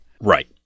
right